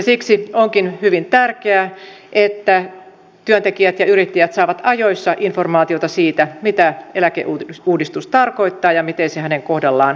siksi onkin hyvin tärkeää että työntekijät ja yrittäjät saavat ajoissa informaatiota siitä mitä eläkeuudistus tarkoittaa ja miten se omalla kohdalla vaikuttaa